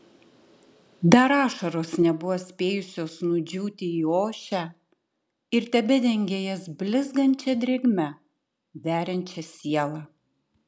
dar ašaros nebuvo spėjusios nudžiūti į ošę ir tebedengė jas blizgančia drėgme veriančia sielą